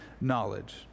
knowledge